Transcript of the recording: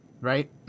Right